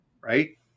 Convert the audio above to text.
Right